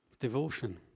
Devotion